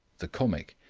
the comic,